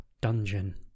Dungeon